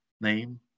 name